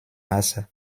maße